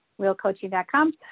wheelcoaching.com